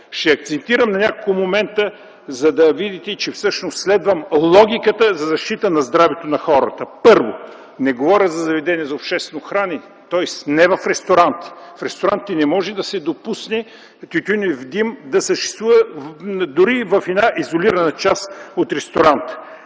Ще акцентирам на няколко момента, за да видите, че всъщност следвам логиката за защита на здравето на хората. Първо, не говоря за заведения за обществено хранене, тоест не в ресторанти. В ресторантите не може да се допусне тютюнев дим да съществува дори в една изолирана част от ресторанта.